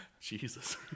Jesus